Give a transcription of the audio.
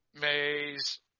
May's –